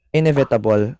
Inevitable